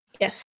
Yes